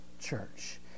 church